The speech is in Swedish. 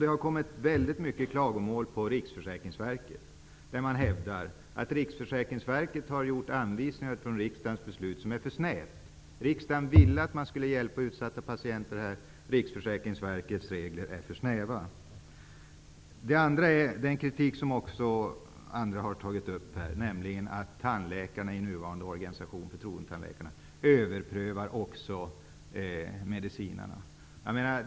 Det har kommit mycket klagomål över att Riksförsäkringsverkets anvisningar som utarbetats på grundval av riksdagens beslut är för snäva. Riksdagen ville att man skulle hjälpa utsatta patienter, men Riksförsäkringsverkets regler är för snäva. Vidare har, som andra talare här tagit upp, kritik riktats mot att förtroendetandläkarna i nuvarande organisation överprövar också medicinarnas åtgärder.